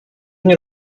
nie